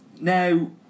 now